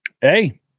Hey